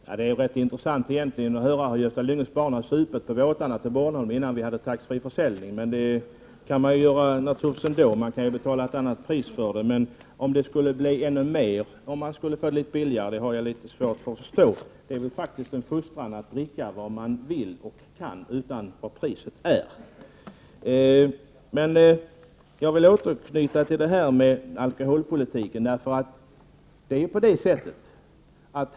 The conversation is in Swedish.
Herr talman! Det är intressant att höra att Gösta Lyngås barn har supit på båtarna till Bornholm innan vi hade taxfree-försäljning där. Det kan man naturligtvis göra ändå — man kan ju betala ett annat pris för alkoholen. Men att superiet skulle öka om man fick alkoholen litet billigare har jag svårt att förstå. Vad man vill och kan dricka är väl en fråga om fostran, oavsett vad priset är. Jag vill återknyta till alkoholpolitiken.